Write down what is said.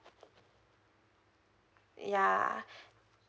ya